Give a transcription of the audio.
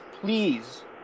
Please